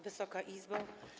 Wysoka Izbo!